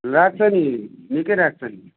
लाग्छ नि निकै लाग्छ नि